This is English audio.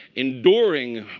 enduring